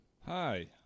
hi